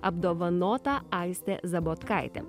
apdovanota aistė zabotkaitė